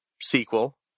sequel